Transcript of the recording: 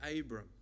Abram